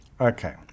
Okay